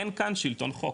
אין כאן שלטון חוק,